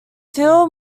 phil